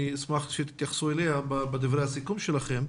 אשמח שתתייחסו אליה בדברי הסיכום שלהם,